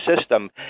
system